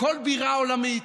בכל בירה עולמית.